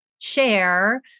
share